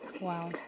Wow